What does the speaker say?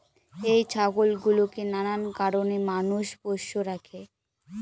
এই ছাগল গুলোকে নানান কারণে মানুষ পোষ্য রাখে